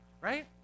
right